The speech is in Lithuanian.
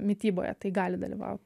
mityboje tai gali dalyvaut